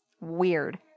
Weird